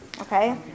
okay